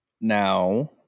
Now